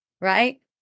right